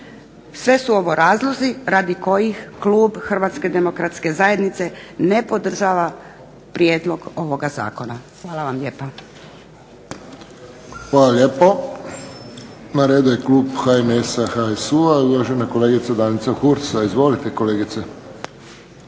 Sve su ovo razlozi radi kojih Klub Hrvatske demokratske zajednice ne podržava Prijedlog ovoga Zakona. Hvala vam lijepa. **Friščić, Josip (HSS)** Hvala lijepo. Na redu je Klub HNS HSU-a uvažena kolegica Danica Hursa. Izvolite kolegice.